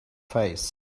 face